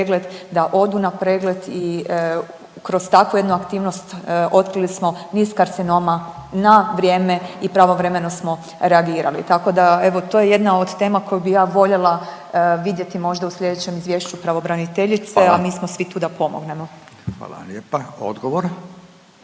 da odu na pregled i kroz takvu jednu aktivnost otkrili smo niz karcinoma na vrijeme i pravovremeno smo reagirali. Tako da evo to je jedna od tema koju bi ja voljela vidjeti možda u slijedećem izvješću pravobraniteljice …/Upadica Radin: Hvala./… a mi smo